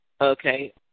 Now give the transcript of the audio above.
okay